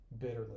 bitterly